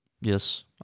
Yes